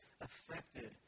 affected